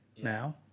now